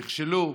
נכשלו.